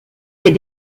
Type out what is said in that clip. est